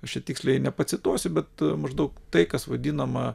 aš čia tiksliai nepacituosiu bet maždaug tai kas vadinama